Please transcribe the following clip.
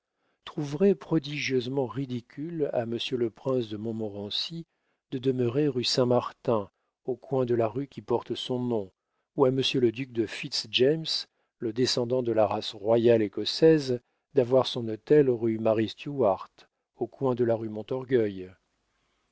trouverait prodigieusement ridicule à monsieur le prince de montmorency de demeurer rue saint-martin au coin de la rue qui porte son nom ou à monsieur le duc de fitz-james le descendant de la race royale écossaise d'avoir son hôtel rue marie stuart au coin de la rue montorgueil